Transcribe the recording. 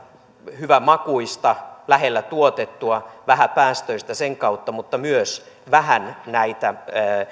hyvänmakuista lähellä tuotettua sen kautta vähäpäästöistä mutta myös vähän näitä